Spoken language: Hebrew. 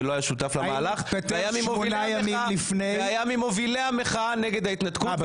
לא היה שותף למהלך והיה ממובילי המחאה נגד ההתנתקות.